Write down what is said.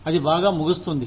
అది బాగా ముగుస్తుంది